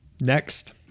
Next